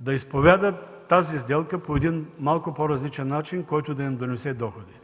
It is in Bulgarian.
да изповядат тази сделка по един малко по-различен начин, който да им донесе доходи.